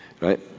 Right